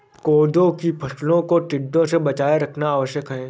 कोदो की फसलों को टिड्डों से बचाए रखना आवश्यक है